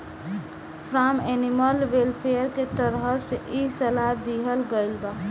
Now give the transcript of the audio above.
form animal welfare के तरफ से इ सलाह दीहल गईल बा